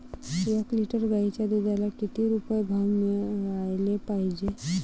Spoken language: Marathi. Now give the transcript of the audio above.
एक लिटर गाईच्या दुधाला किती रुपये भाव मिळायले पाहिजे?